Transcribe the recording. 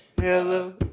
hello